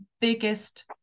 biggest